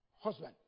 husband